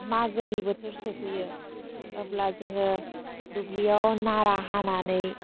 मागोनि बोथोर सौफैयो अब्ला जोङो दुब्लियाव नारा हानानै